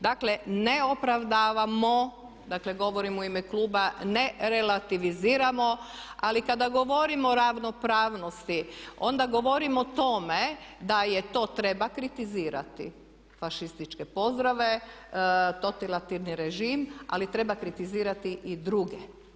Dakle, ne opravdamo, dakle govorim u ime kluba, ne relativiziramo ali kada govorimo o ravnopravnosti onda govorimo o tome da je to treba kritizirati, fašističke pozdrave, totalitarni režim ali treba kritizirati i druge.